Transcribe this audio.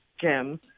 Jim